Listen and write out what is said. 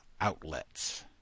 outlets